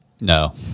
no